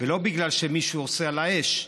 ולא בגלל שמישהו עושה על האש.